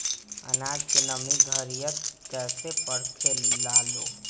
आनाज के नमी घरयीत कैसे परखे लालो?